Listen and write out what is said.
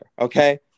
Okay